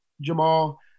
Jamal